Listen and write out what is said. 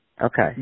Okay